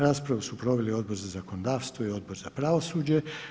Raspravu su proveli Odbor za zakonodavstvo i Odbor za pravosuđe.